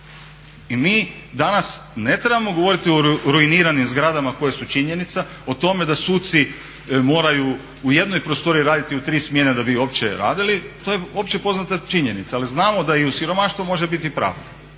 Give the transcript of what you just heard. I mi danas ne trebamo govoriti o ruiniranim zgradama koje su činjenica, o tome da suci moraju u jednoj prostoriji raditi u tri smjene da bi uopće radili to je opće poznata činjenica. Ali znamo da i u siromaštvu može biti pravde